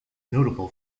notable